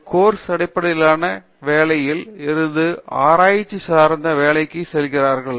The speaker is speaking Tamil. ஒரு கோர்ஸ் அடிப்படையிலான வேலையில் இருந்து ஆராய்ச்சி சார்ந்த வேலைக்கு செல்கிறார்கள்